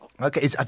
Okay